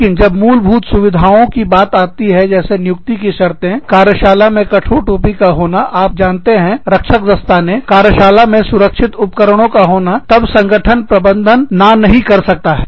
लेकिन जब मूलभूत सुविधाओं की बात आती है जैसे नियुक्ति की शर्तें कार्यशाला में कठोर टोपी का होना आप जानते हैं रक्षक दस्ताने कार्यशाला में सुरक्षित उपकरणों का होना तब संगठन प्रबंधन ना नहीं कर सकता है